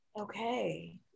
Okay